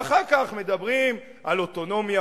ואחר כך מדברים על אוטונומיה,